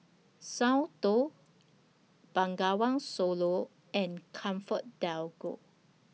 Soundteoh Bengawan Solo and ComfortDelGro